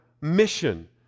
mission